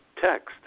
text